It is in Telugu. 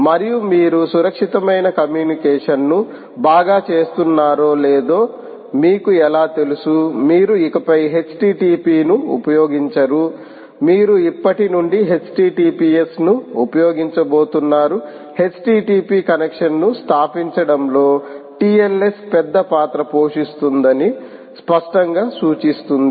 మరియు మీరు సురక్షితమైన కమ్యూనికేషన్ను బాగా చేస్తున్నారో లేదో మీకు ఎలా తెలుసు మీరు ఇకపై http ను ఉపయోగించరు మీరు ఇప్పటి నుండి https ను ఉపయోగించబోతున్నారు http కనెక్షన్ను స్థాపించడంలో TLS పెద్ద పాత్ర పోషిస్తోందని స్పష్టంగా సూచిస్తుంది